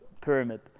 pyramid